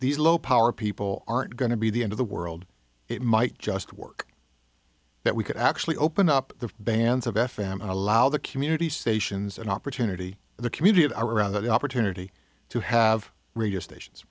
these low power people aren't going to be the end of the world it might just work that we could actually open up the bands of f m and allow the community stations an opportunity the community of around that opportunity to have radio stations